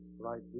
right